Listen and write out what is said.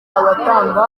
abatanga